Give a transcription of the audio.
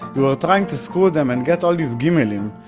you were trying to screw them and get all these gimelim.